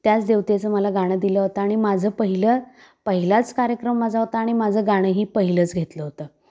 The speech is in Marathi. त्याच देवतेचं मला गाणं दिलं होतं आणि माझं पहिलं पहिलाच कार्यक्रम माझा होता आणि माझं गाणंही पहिलंच घेतलं होतं